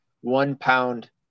one-pound